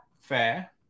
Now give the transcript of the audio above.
fair